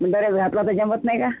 dress घातला तर जमत नाही का